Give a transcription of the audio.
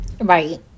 Right